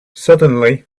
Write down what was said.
suddenly